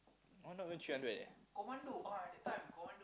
one not even three hundred